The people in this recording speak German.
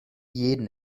jeden